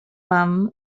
wam